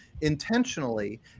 intentionally